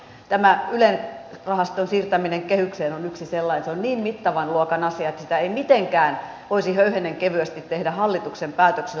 tämä yle rahaston siirtäminen kehykseen on yksi sellainen se on niin mittavan luokan asia että sitä ei mitenkään voisi höyhenenkevyesti tehdä hallituksen päätöksellä